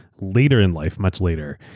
later in life, much later,